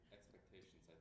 Expectations